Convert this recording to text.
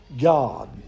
God